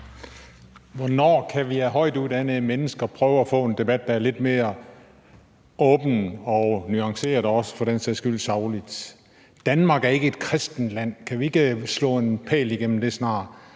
Hvornår kan vi af højtuddannede mennesker forvente at få en debat, der er lidt mere åben og nuanceret og også for den sags skyld saglig? Danmark er ikke et kristent land – kan vi ikke snart få slået en pæl igennem det?